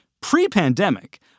pre-pandemic